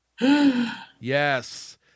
Yes